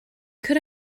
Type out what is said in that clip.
could